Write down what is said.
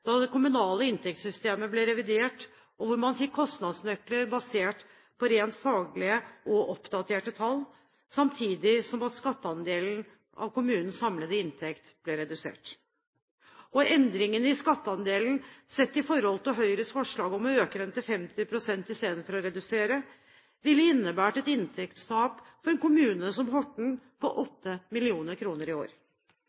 da det kommunale inntektssystemet ble revidert, og man fikk kostnadsnøkler basert på rent faglige og oppdaterte tall, samtidig som skatteandelen av kommunenes samlede inntekter ble redusert. Og endringen i skatteandelen sett i forhold til Høyres forslag om å øke den til 50 pst., i stedet for å redusere den, ville innebære et inntektstap for en kommune som Horten på